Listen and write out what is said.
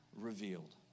revealed